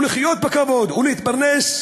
לחיות בכבוד ולהתפרנס?